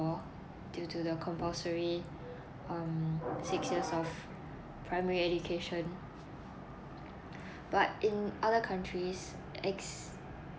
due to the compulsory um six years of primary education but in other countries